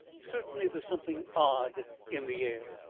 certainly there's something odd in the air.